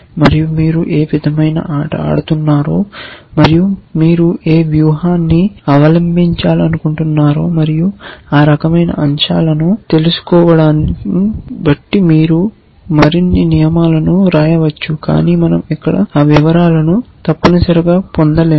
మరియు మీరు ఏ విధమైన ఆట ఆడుతున్నారో మరియు మీరు ఏ వ్యూహాన్ని అవలంబించాలనుకుంటున్నారో మరియు ఆ రకమైన అంశాలను తెలుసుకోవడాన్ని బట్టి మీరు మరిన్ని నియమాలను వ్రాయవచ్చు కాని మనం ఇక్కడ ఆ వివరాలను తప్పనిసరిగా పొందలేము